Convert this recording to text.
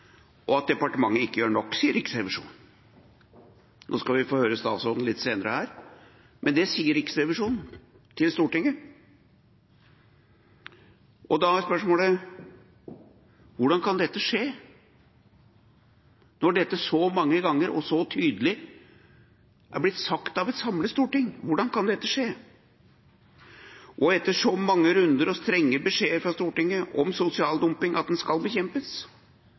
og at departementet gjør ikke nok – sier Riksrevisjonen. Vi skal få høre statsråden litt senere her, men dette sier Riksrevisjonen til Stortinget. Da er spørsmålet: Hvordan kan dette skje, når det så mange ganger så tydelig er blitt sagt av et samlet storting? Hvordan kan dette skje – etter så mange runder og etter så strenge beskjeder fra Stortinget om at sosial dumping skal bekjempes, og at